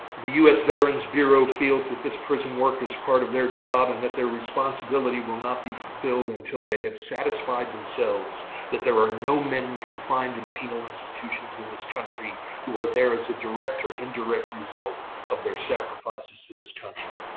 the us veterans bureau feels that this prison work is part of their job and that their responsibility will not be fulfilled until they have satisfied themselves that there are no men confined in penal institutions in this country who are there as a direct or indirect result of their sacrifices to this country.